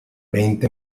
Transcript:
veinte